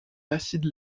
l’acide